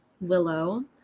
Willow